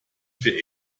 für